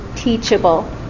teachable